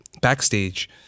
backstage